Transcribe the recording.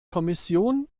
kommission